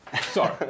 Sorry